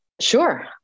Sure